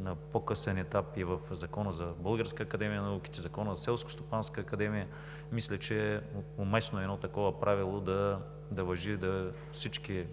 на по-късен етап и в Закона за Българската академия на науките, и в Закона за Селскостопанската академия, мисля, че е уместно едно такова правило да важи във всички